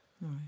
Right